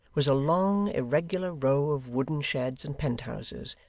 was a long irregular row of wooden sheds and penthouses,